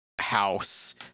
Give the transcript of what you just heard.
house